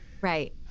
Right